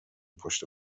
پشت